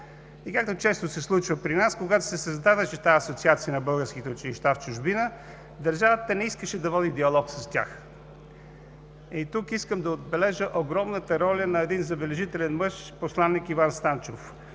И както често се случва при нас, когато се създаваше тази Асоциация на българските училища в чужбина, държавата не искаше да води диалог с тях. Тук искам да отбележа огромната роля на един забележителен мъж – посланик Иван Станчов.